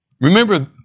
Remember